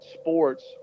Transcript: Sports